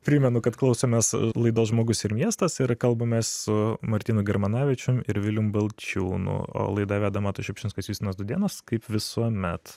primenu kad klausomės laidos žmogus ir miestas ir kalbamės su martynu germanavičium ir vilium balčiūnu o laidą veda matas šiupšinskas justinas dūdėnas kaip visuomet